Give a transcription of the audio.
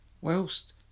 whilst